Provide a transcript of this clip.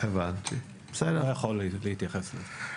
לא יכול להתייחס לזה.